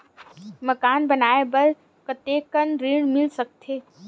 मकान बनाये बर कतेकन ऋण मिल सकथे?